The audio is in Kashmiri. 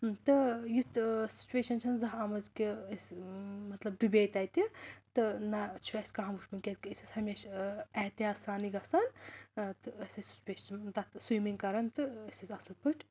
تہٕ یُتھ سُچویشَن چھَنہٕ زانٛہہ آمٕژ کہِ أسۍ مطلب ڈُبے تَتہِ تہٕ نَہ چھُ اَسہِ کانٛہہ وٕچھمُت کیٛازکہِ أسۍ ٲسۍ ہمیشہِ احتِیاط سانٕے گژھان تہٕ أسۍ ٲسۍ تَتھ سُومِنٛگ کَران تہٕ أسۍ ٲسۍ اَصٕل پٲٹھۍ